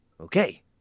Okay